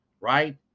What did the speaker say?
right